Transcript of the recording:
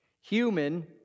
Human